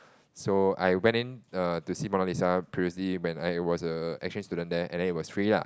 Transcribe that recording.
so I went in err to see Mona Lisa previously when I was a exchange student there and then it was free lah